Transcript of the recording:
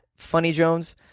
funnyjones